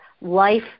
life